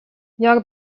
jag